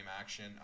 action